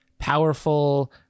powerful